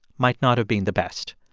might not have been the best.